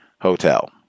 hotel